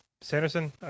Sanderson